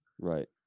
Right